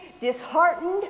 disheartened